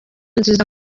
nziza